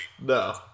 no